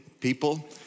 people